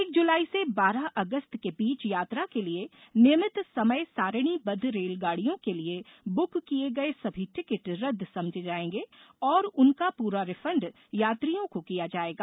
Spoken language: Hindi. एक जुलाई से बारह अगस्त के बीच यात्रा के लिए नियमित समय सारणीबद्ध रेलगाडियों के लिए बुक किए गए सभी टिकट रद्द समझे जाएंगे और उनका पूरा रिफंड यात्रियों को किया जाएगा